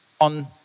on